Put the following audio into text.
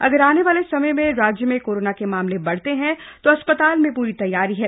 अगर आने वाले समय में राज्य में कोरोना के मामले बढ़ते हैं तो अस्पताल में पूरी तैयारी है